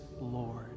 Lord